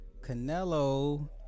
Canelo